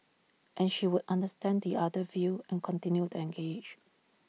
and she would understand the other view and continue to engage